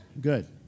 Good